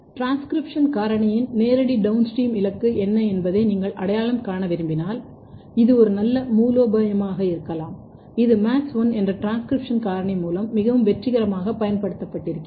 transcription காரணியின் நேரடி downstream இலக்கு என்ன என்பதை நீங்கள் அடையாளம் காண விரும்பினால் இது ஒரு நல்ல மூலோபாயமாக இருக்கலாம் இது MADS1 என்ற ஒரு டிரான்ஸ்கிரிப்ஷன் காரணி மூலம் மிகவும் வெற்றிகரமாக பயன்படுத்தப்பட்டிருக்கிறது